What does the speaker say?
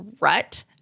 rut